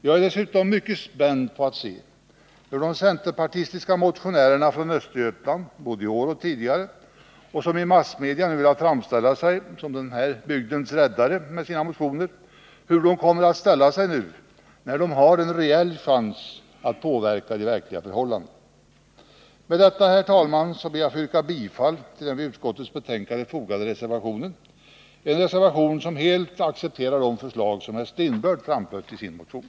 Jag är dessutom mycket spänd på att se hur de centerpartistiska motionärer från Östergötland, som såväl i år som tidigare år i massmedia har velat framställa sig som den här bygdens välgörare, kommer att ställa sig till frågan, när de nu har en reell chans att påverka de faktiska förhållandena. Med detta, fru talman, ber jag att få yrka bifall till den vid utskottets betänkande fogade reservationen — en reservation, i vilken man helt accepterar de förslag som herr Strindberg framlagt i sin motion.